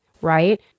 right